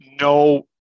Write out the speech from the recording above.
no